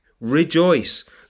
Rejoice